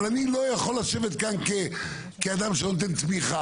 אבל אני לא יכול לשבת כאן כאדם שנותן תמיכה